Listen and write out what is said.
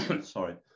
sorry